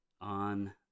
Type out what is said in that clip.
on